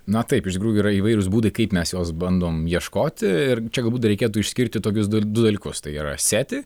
na taip iš tikrųjų yra įvairūs būdai kaip mes jos bandom ieškoti ir čia galbūt dar reikėtų išskirti tokius du du dalykus tai yra seti